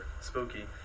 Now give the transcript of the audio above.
spooky